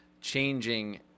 changing